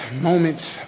moments